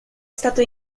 stato